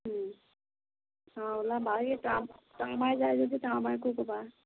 হয় ওলাবা এই তৰামাই তৰামাই যায় যদি তৰামাইকো ক'বা